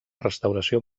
restauració